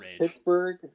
pittsburgh